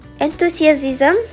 Enthusiasm